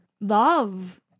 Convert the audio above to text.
love